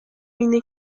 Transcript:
اینه